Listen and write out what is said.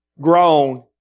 grown